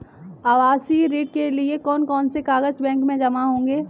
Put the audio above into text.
आवासीय ऋण के लिए कौन कौन से कागज बैंक में जमा होंगे?